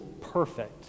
perfect